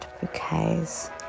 bouquets